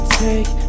take